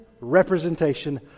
representation